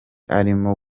arimo